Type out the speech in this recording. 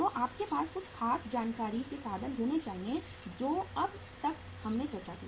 तो आपके पास कुछ खास जानकारी के साधन होने चाहिए जो अब तक हमने चर्चा की